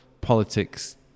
politics